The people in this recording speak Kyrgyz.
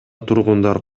тургундар